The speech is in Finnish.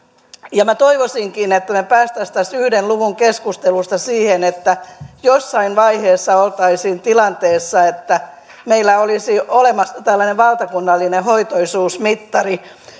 minä toivoisinkin että me pääsisimme tästä yhden luvun keskustelusta siihen että jossain vaiheessa oltaisiin tilanteessa että meillä olisi olemassa tällainen valtakunnallinen hoitoisuusmittari